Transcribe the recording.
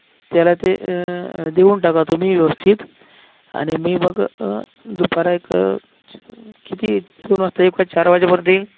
त्याला ते देऊन टाका तुम्ही व्यवस्थित आणि मी मग दुपार एक च् किती दोन वाजता येऊ का चार वाजेपपर्यन्त येईल